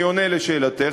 אני עונה על שאלתך,